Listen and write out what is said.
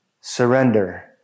surrender